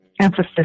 emphasis